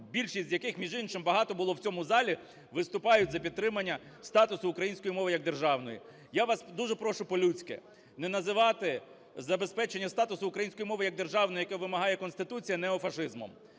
більшість з яких між іншим багато було в цьому залі, виступають за підтримання статусу української мови як державної. Я вас дуже прошу по-людськи не називати забезпечення статусу української мови як державної, як вимагає Конституція, неофашизмом.